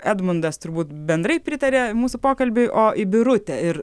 edmundas turbūt bendrai pritaria mūsų pokalbiui o į birutę ir